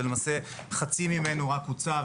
ולמעשה חצי ממנו רק הוצא,